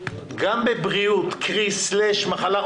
גם בבריאות, קרי מחלה.